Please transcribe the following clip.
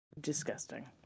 Disgusting